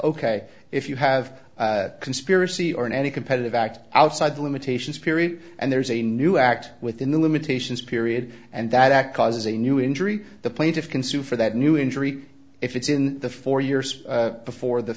ok if you have a conspiracy or in any competitive act outside the limitations period and there is a new act within the limitations period and that causes a new injury the plaintiff can sue for that new injury if it's in the four years before the